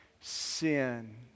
sin